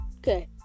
Okay